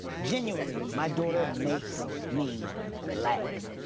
genuinely, my daughter makes me laugh.